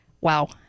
wow